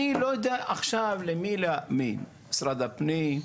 אני לא יודע עכשיו למי להאמין, משרד הפנים,